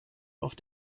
auf